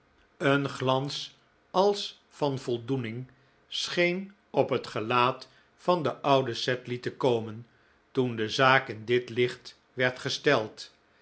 een glans als van voldoening scheen op het gelaat van den ouden sedley te komen toen de zaak in dit licht werd gesteld